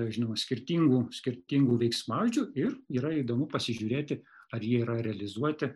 dažniau skirtingų skirtingų veiksmažodžių ir yra įdomu pasižiūrėti ar jie yra realizuoti